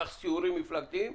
קח סיורים מפלגתיים,